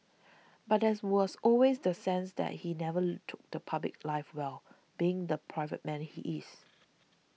but there as was always the sense that he never took to public life well being the private man he is